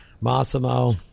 Massimo